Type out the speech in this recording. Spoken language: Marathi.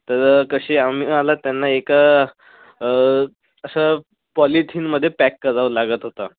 तर कसे आम्हाला त्यांना एका असं पॉलिथिनमध्ये पॅक करावं लागत होतं